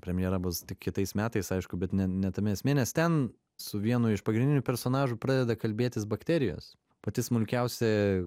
premjera bus tik kitais metais aišku bet ne ne tame esmė nes ten su vienu iš pagrindinių personažų pradeda kalbėtis bakterijos pati smulkiausia